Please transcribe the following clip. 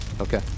Okay